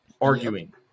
arguing